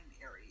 area